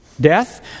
death